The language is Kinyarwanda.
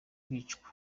kwicwa